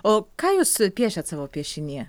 o ką jūs piešiat savo piešinyje